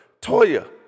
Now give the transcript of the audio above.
Toya